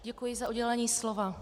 Děkuji za udělení slova.